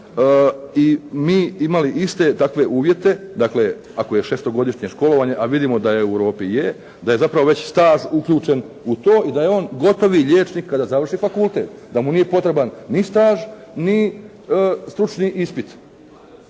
i mi imali iste takve uvjete, dakle ako je šestogodišnje školovanje, a vidimo da u Europi je, da je zapravo već staž uključen u to i da je on gotovi liječnik kada završi fakultet, da mu nije potreban ni staž ni stručni ispit.